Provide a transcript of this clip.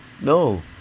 No